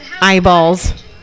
eyeballs